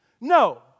No